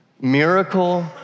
miracle